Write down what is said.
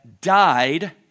died